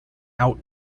out